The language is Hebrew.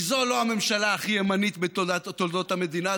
זו לא הממשלה הכי ימנית בתולדות המדינה,